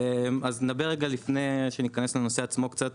אז נדבר רגע לפני שנכנס לנושא עצמו קצת